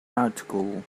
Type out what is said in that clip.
article